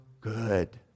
good